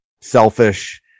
selfish